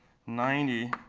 ninety,